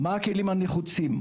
מה הכלים הנחוצים?